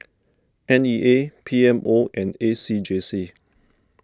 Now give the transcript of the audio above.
N E A P M O and A C J C